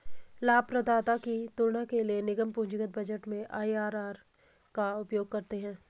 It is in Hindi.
लाभप्रदाता की तुलना के लिए निगम पूंजीगत बजट में आई.आर.आर का उपयोग करते हैं